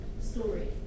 story